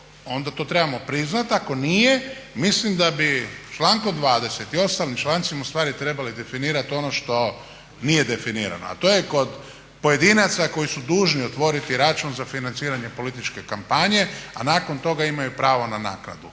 onda to trebamo priznat, ako nije mislim da bi člankom 28. i ostalim člancima ustvari trebali definirat ono što nije definirano, a to je kod pojedinaca koji su dužni otvoriti račun za financiranje političke kampanje, a nakon toga imaju pravo na naknadu.